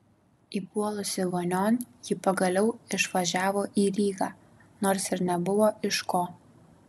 įpuolusi vonion ji pagaliau išvažiavo į rygą nors ir nebuvo iš ko